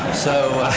so